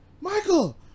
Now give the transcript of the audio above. Michael